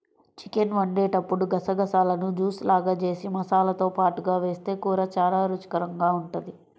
chicken వండేటప్పుడు గసగసాలను juice లాగా జేసి మసాలాతో పాటుగా వేస్తె కూర చానా రుచికరంగా ఉంటది